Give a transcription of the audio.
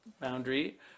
Boundary